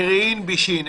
מרעין בישין.